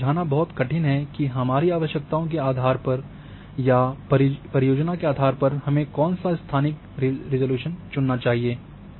और यह समझाना बहुत कठिन है की हमारी आवश्यकताओं के आधार पर या परियोजना के आधार पर हमें कौन सा स्थानिक रिज़ॉल्यूशन चुनना चाहिए